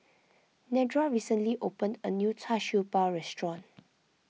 Nedra recently opened a new Char Siew Bao restaurant